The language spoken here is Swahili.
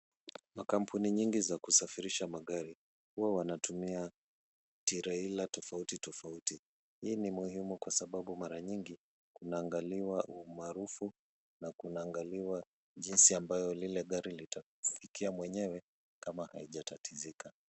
Makampuni nyingi za kusafirisha magari. Huwa wanatumia treila tofauti tofauti. Hii ni muhimu kwa sababu mara nyingi kunaangaliwa umaarufu na kunaangaliwa jinsi ambayo lile gari litafikia mwenye kama haijatatizika.